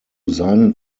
seinen